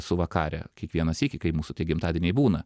su vakare kiekvieną sykį kai mūsų tie gimtadieniai būna